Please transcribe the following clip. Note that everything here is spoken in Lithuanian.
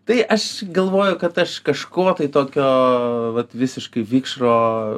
tai aš galvoju kad aš kažko tokio vat visiškai vikšro